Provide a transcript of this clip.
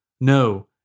no